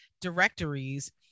directories